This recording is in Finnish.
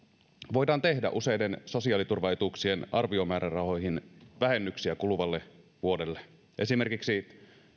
voidaan tehdä useiden sosiaaliturvaetuuksien arviomäärärahoihin vähennyksiä kuluvalle vuodelle esimerkiksi